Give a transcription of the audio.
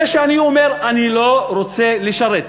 זה שאני אומר: אני לא רוצה לשרת,